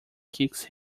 kicks